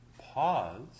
pause